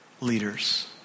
leaders